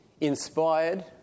inspired